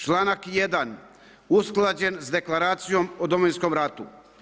Članak 1. usklađen sa Deklaracijom o Domovinskom ratu.